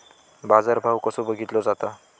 बाजार भाव कसो बघीतलो जाता?